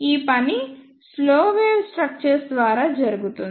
ఈ పని slow wave structures ద్వారా జరుగుతుంది